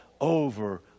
over